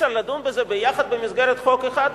שאי-אפשר לדון בזה ביחד במסגרת חוק אחד,